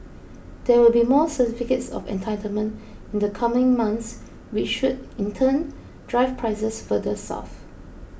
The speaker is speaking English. there will be more certificates of entitlement in the coming months which should in turn drive prices further south